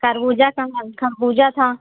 तरबूजा कहाँ खरबूजा था